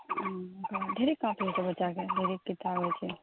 हंँ ढ़ेरिक कॉपी होइ छै बच्चाके ढ़ेरिक किताब होइ छै